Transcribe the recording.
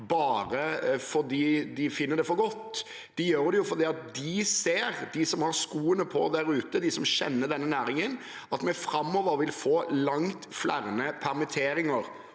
bare fordi de finner det for godt. De gjør det fordi de ser dem som har skoene på der ute, de som kjenner denne næringen, og at vi framover vil få langt flere permitteringer